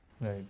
Right